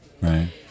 Right